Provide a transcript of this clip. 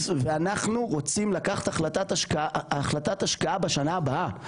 ואנחנו רוצים לקחת החלטת השקעה בשנה הבאה.